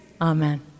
amen